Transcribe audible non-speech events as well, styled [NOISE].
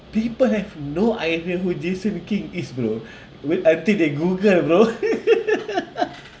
people have no idea who jason kim is bro [BREATH] wait until they google bro [LAUGHS]